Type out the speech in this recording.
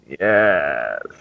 Yes